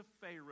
Pharaoh